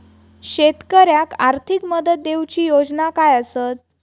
शेतकऱ्याक आर्थिक मदत देऊची योजना काय आसत?